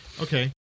Okay